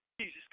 Jesus